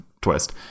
twist